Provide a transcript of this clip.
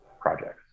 projects